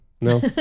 No